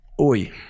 Oi